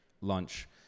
lunch